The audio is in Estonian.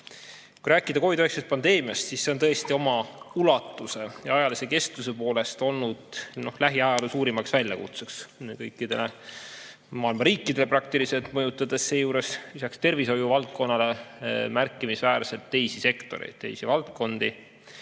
Kui rääkida COVID-19 pandeemiast, siis see on tõesti oma ulatuse ja ajalise kestuse poolest olnud lähiajaloo suurimaks väljakutseks praktiliselt kõikidele maailma riikidele, mõjutades seejuures lisaks tervishoiuvaldkonnale märkimisväärselt ka teisi sektoreid, teisi valdkondi.